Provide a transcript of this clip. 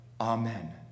Amen